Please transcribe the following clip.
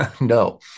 no